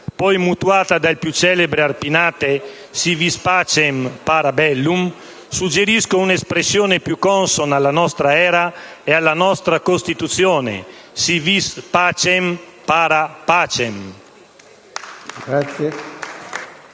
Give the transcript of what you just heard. poi mutuata dal più celebre Arpinate, «*Si vis pacem, para bellum*», suggerisco una espressione più consona alla nostra era e alla nostra Costituzione: «*Si vis pacem, para pacem*».